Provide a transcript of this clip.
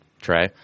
Trey